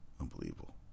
Unbelievable